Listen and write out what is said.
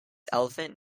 elephant